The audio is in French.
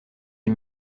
des